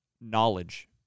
knowledge